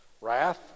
wrath